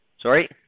Sorry